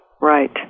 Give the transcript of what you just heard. right